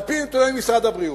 על-פי נתוני משרד הבריאות.